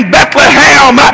Bethlehem